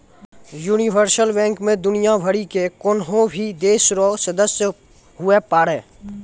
universal bank मे दुनियाँ भरि के कोन्हो भी देश रो सदस्य हुवै पारै